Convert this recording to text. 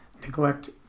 neglect